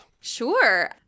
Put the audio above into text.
Sure